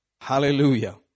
Hallelujah